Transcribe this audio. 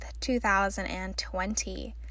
2020